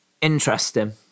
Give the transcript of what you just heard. Interesting